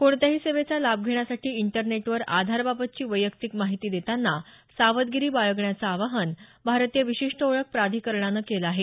कोणत्याही सेवेचा लाभ घेण्यासाठी इंटरनेटवर आधारबाबतची वैयक्तिक माहिती देताना सावधागिरी बाळगण्याचं आवाहन भारतीय विशेष ओळख प्राधिकरणानं केलं आहे